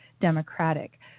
democratic